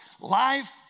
life